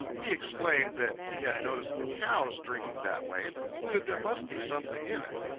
he explained that he had noticed the cows drinking that way and concluded there must be something in it.